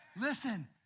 Listen